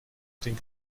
den